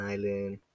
Island